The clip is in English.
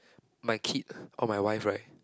my kid or my wife right